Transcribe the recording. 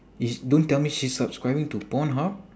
is don't tell me she's subscribing to pornhub